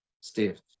Steve